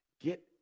Get